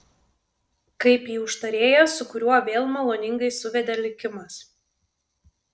kaip į užtarėją su kuriuo vėl maloningai suvedė likimas